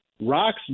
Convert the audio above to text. Rock's